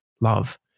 love